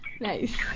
Nice